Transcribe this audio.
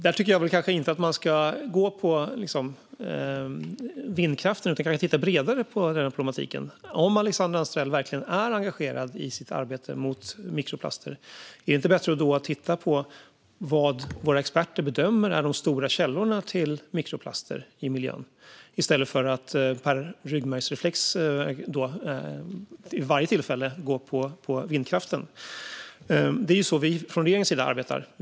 Där tycker jag kanske inte att vi ska gå på vindkraften, utan att vi kan titta bredare på hela problematiken. Om Alexandra Anstrell verkligen är engagerad i sitt arbete mot mikroplaster, är det då inte bättre att titta på vad våra experter bedömer är de stora källorna till mikroplaster i miljön i stället för att med ryggmärgsreflex vid varje tillfälle gå på vindkraften? Det är så vi från regeringens sida arbetar.